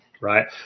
Right